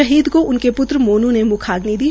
शहीद को उनके प्त्र मोनू ने म्खाग्नि दी